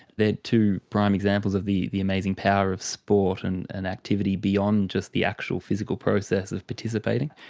they are two prime examples of the the amazing power of sport and and activity beyond just the actual physical process of participating.